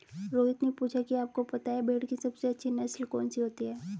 रोहित ने पूछा कि आप को पता है भेड़ की सबसे अच्छी नस्ल कौन सी होती है?